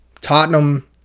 Tottenham